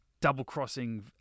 double-crossing